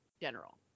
general